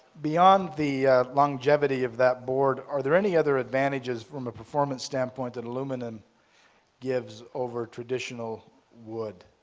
beyond the longevity of that board are there any other advantages from a performance standpoint that aluminum gives over traditional wood?